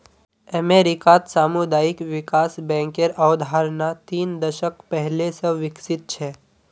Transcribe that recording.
अमेरिकात सामुदायिक विकास बैंकेर अवधारणा तीन दशक पहले स विकसित छ